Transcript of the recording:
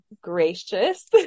gracious